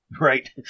Right